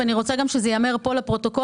ואני רוצה גם שזה ייאמר פה לפרוטוקול,